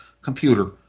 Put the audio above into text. computer